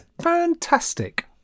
fantastic